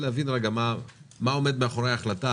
מהיום גם לטפל בבעיות תחבורה ובבעיית פקקים זה שר האוצר.